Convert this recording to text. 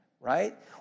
Right